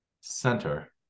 center